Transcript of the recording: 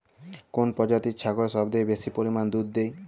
কোন প্রজাতির ছাগল সবচেয়ে বেশি পরিমাণ দুধ দেয়?